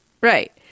Right